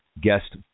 guest